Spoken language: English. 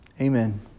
Amen